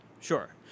Sure